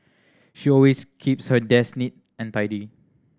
she always keeps her desk neat and tidy